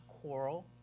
quarrel